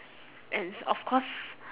and it's of course